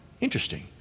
Interesting